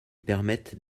permettent